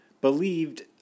believed